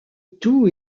tout